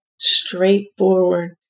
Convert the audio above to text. straightforward